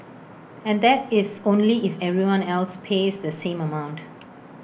and that is only if everyone else pays the same amount